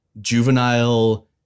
juvenile